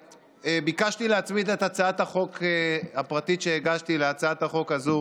ביקשתי להצמיד את הצעת החוק הפרטית שהגשתי להצעת החוק הזו